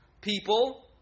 People